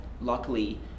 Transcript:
luckily